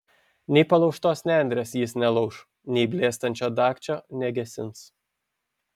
nei palaužtos nendrės jis nelauš nei blėstančio dagčio negesins